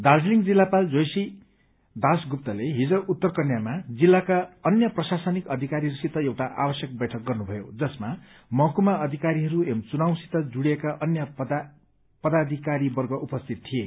दार्जीलिङ जिल्लापाल जोयशी दासगुप्तले हिज उत्तर कन्यामा जिल्लाका अन्य प्रशासनिक अधिकारीहरूसित एउटा आवश्यक बैठक गर्नुभयो जसमा महकुमा अधिकारीहरू एवं चुनावसित जुड़िएका अन्य पदाधिकारीवर्ग उपस्थित थिए